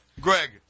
Greg